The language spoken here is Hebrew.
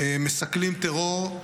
מסכלים טרור,